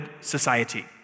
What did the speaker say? society